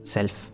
Self